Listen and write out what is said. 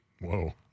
Whoa